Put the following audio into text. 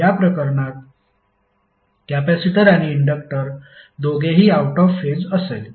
या प्रकरणात कॅपेसिटर आणि इंडक्टर दोघेही आऊट ऑफ फेज असेल